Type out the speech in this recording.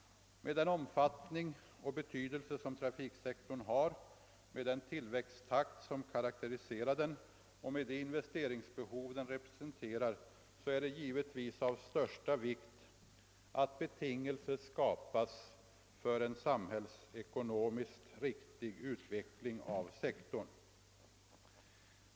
Med den omfattning och betydelse som trafiksektorn har, med den tillväxttakt som karakteriserar den och med det investeringsbehov den representerar är det givetvis av största vikt att betingelser skapas för en samhällsekonomiskt riktig utveckling av sektorn.